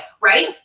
right